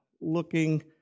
looking